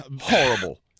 horrible